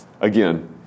again